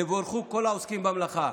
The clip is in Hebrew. יבורכו כל העוסקים במלאכה,